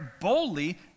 boldly